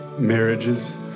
Marriages